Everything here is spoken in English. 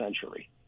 century